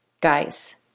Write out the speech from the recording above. guys